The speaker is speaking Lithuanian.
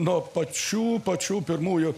nuo pačių pačių pirmųjų